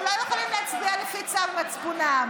הם לא יכולים להצביע לפי צו מצפונם.